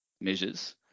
measures